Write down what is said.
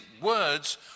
words